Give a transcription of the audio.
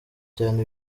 cyane